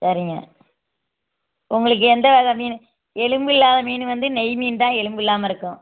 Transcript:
சரிங்க உங்களுக்கு எந்த வகை மீன் எலும்பில்லாத மீன் வந்து நெய் மீன் தான் எலும்பில்லாமல் இருக்கும்